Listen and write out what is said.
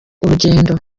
urugendo